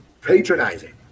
patronizing